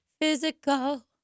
physical